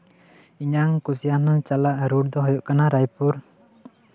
ᱤᱧᱟᱹᱜ ᱠᱩᱥᱤᱭᱟᱱᱟᱜ ᱪᱟᱞᱟᱣ ᱟᱨᱩ ᱫᱚ ᱦᱩᱭᱩᱜ ᱠᱟᱱᱟ ᱨᱟᱭᱯᱩᱨ